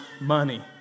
money